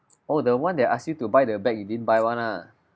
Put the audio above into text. oh the one that I asked you to buy the bag you didn't buy one ah